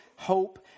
hope